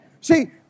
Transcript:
See